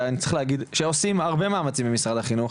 וצריך להגיד שעושים הרבה מאמצים במשרד החינוך,